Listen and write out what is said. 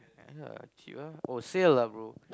ya cheap ah oh sale ah bro